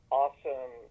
awesome